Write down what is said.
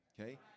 Okay